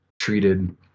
treated